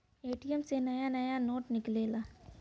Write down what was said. ATM से नया नया नोट निकलेला